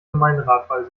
gemeinderatwahl